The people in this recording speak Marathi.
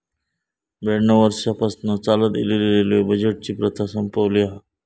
ब्याण्णव वर्षांपासना चालत इलेली रेल्वे बजेटची प्रथा संपवली हा